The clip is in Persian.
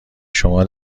شما